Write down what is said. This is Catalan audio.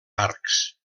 arcs